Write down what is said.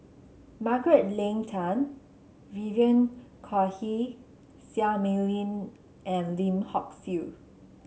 Margaret Leng Tan Vivien Quahe Seah Mei Lin and Lim Hock Siew